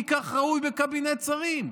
כי כך ראוי בקבינט שרים.